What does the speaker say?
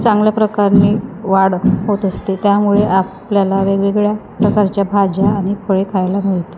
चांगल्या प्रकाराने वाढ होत असते त्यामुळे आपल्याला वेगवेगळ्या प्रकारच्या भाज्या आणि फळे खायला मिळते